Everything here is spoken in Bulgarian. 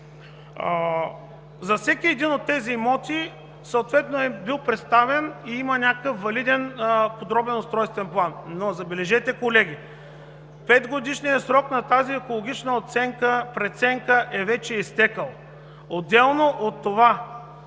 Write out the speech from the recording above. За всеки един от тези имоти съответно е бил представен и има някакъв валиден подробен устройствен план, но, забележете, колеги, петгодишният срок на тази екологична преценка е вече изтекъл. Отделно от това,